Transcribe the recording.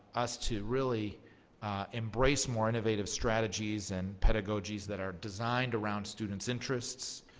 us to really embrace more innovative strategies and pedagogy that are designed around students' interests,